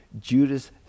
Judas